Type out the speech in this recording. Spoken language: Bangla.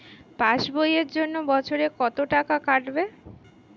পাস বইয়ের জন্য বছরে কত টাকা কাটবে?